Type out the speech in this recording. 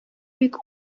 бик